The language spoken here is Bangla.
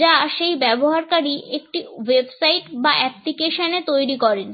যা সেই ব্যবহারকারী একটি ওয়েবসাইট বা অ্যাপ্লিকেশনে তৈরি করেন